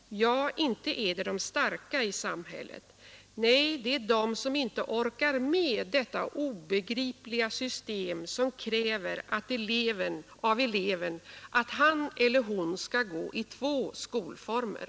Ja, inte är det de starka i samhället. Nej, det är de som inte orkar med dessa obegripliga system som kräver av eleven att han eller hon skall gå i två skolformer.